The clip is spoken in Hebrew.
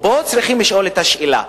פה צריכים לשאול את השאלה.